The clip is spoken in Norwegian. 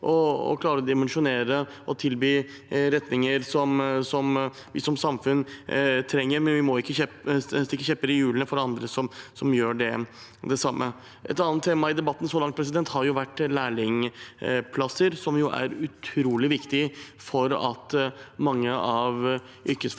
og klarer å dimensjonere og tilby retninger som vi som samfunn trenger, og vi må ikke stikke kjepper i hjulene for andre som gjør det samme. Et annet tema i debatten så langt har vært lærlingplasser, som er utrolig viktig for at mange av yrkesfaglinjene